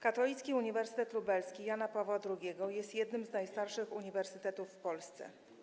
Katolicki Uniwersytet Lubelski Jana Pawła II jest jednym z najstarszych uniwersytetów w Polsce.